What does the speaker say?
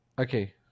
Okay